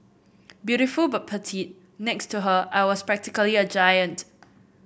beautiful but petite next to her I was practically a giant